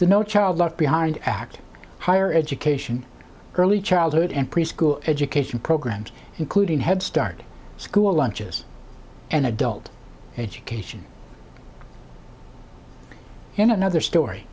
the no child left behind act higher education early childhood and preschool education programs including headstart school lunches and adult education and another story